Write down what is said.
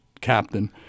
captain